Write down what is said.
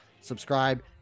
Subscribe